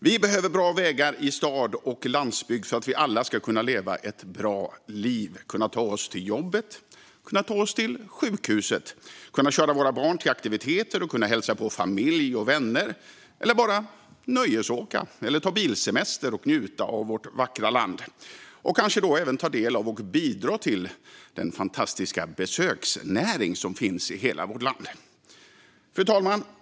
Vi behöver bra vägar i stad och på landsbygd för att vi alla ska kunna leva ett bra liv - kunna ta oss till jobbet, kunna ta oss till sjukhuset, kunna köra våra barn till aktiviteter och kunna hälsa på familj och vänner eller bara nöjesåka eller ta bilsemester och njuta av vårt vackra land och då kanske även ta del av och bidra till den fantastiska besöksnäring som finns i hela vårt land. Fru talman!